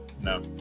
No